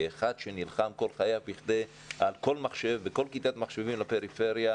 כאחד שנלחם כל חייו על כל מחשב ועל כל כיתת מחשבים לפריפריה,